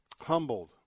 humbled